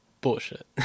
bullshit